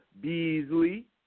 Beasley